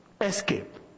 escape